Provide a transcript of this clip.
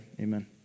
Amen